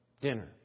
dinner